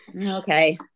okay